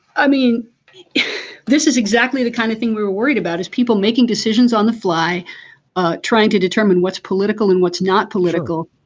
i mean this is exactly the kind of thing we were worried about as people making decisions on the fly trying to determine what's political and what's not political.